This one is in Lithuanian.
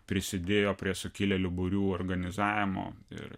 prisidėjo prie sukilėlių būrių organizavimo ir